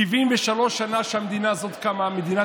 כזה שבו הכנסת הפכה למרמס.